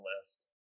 list